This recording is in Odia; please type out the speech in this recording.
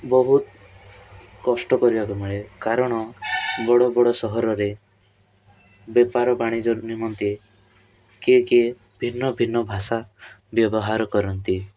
ବହୁତ କଷ୍ଟ କରିବାକୁ ମିଳେ କାରଣ ବଡ଼ ବଡ଼ ସହରରେ ବେପାର ବାଣିଜ୍ୟ ନିମନ୍ତେ କିଏ କିଏ ଭିନ୍ନ ଭିନ୍ନ ଭାଷା ବ୍ୟବହାର କରନ୍ତି